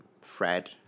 Fred